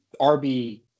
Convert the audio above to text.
RB